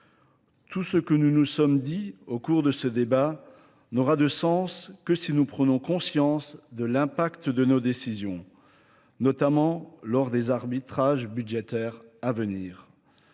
Tout ce que nous nous sommes dit au cours de ce débat n'aura de sens que si nous prenons conscience de l'impact de nos décisions, notamment lors des arbitrages budgétaires à venir.